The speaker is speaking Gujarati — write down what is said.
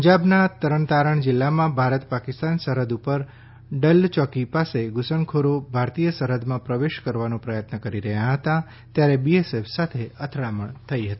પંજાબના તરણતારણ જિલ્લામાં ભારત પાકિસ્તાન સરહદ ઉપર ડલ્લ ચોકી પાસે ધૂસણખોરો ભારતીય સરહદમાં પ્રવેશ કરવાનો પ્રયત્ન કરી રહ્યા હતા ત્યારે બીએસએફ સાથે અથડામણ થઇ હતી